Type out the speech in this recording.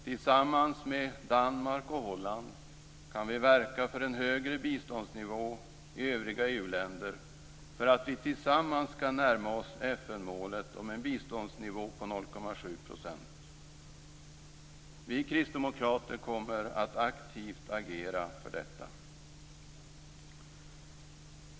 Tillsammans med Danmark och Holland kan vi verka för en högre biståndsnivå i övriga EU länder för att vi tillsammans skall närma oss FN målet om en biståndsnivå på 0,7 %. Vi kristdemokrater kommer att aktivt agera för detta.